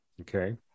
Okay